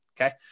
Okay